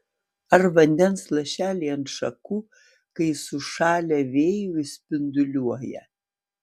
ar vandens lašeliai ant šakų kai sušalę vėjuj spinduliuoja